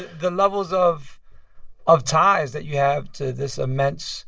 the levels of of ties that you have to this immense